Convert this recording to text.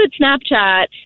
Snapchat